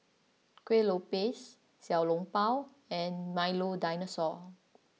Kuih Lopes Xiao Long Bao and Milo Dinosaur